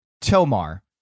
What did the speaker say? Tomar